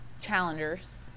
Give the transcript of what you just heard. challengers